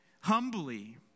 humbly